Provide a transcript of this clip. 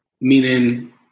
Meaning